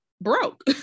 broke